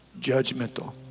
judgmental